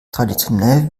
traditionell